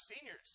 seniors